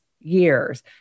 years